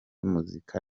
muzika